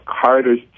Carter's